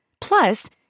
Plus